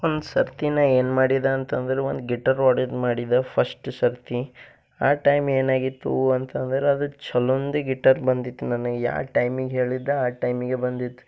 ಒಂದು ಸರ್ತಿ ನಾ ಏನ್ಮಾಡಿದೆ ಅಂತಂದ್ರ ಒಂದು ಗಿಟರ್ ಆರ್ಡರ್ ಮಾಡಿದೆ ಫಶ್ಟ್ ಸರ್ತಿ ಆ ಟೈಮ್ ಏನಾಗಿತ್ತೂ ಅಂತಂದ್ರ ಅದು ಛಲೊಂದು ಗಿಟರ್ ಬಂದಿತ್ತು ನನಗೆ ಯಾ ಟೈಮಿಗೆ ಹೇಳಿದ್ದ ಆ ಟೈಮಿಗೆ ಬಂದಿತ್ತು